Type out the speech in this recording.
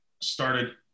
started